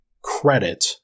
credit